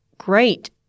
great